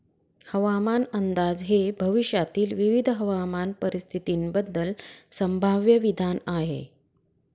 हवामान अंदाज हे भविष्यातील विविध हवामान परिस्थितींबद्दल संभाव्य विधान आहे